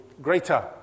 greater